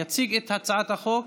יציג את הצעת החוק,